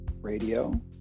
Radio